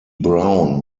brown